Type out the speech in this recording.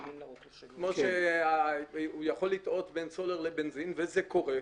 כמו שהוא יכול לטעות בין סולר לבנזין, וזה קורה.